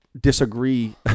disagree